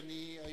שלישי.